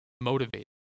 motivated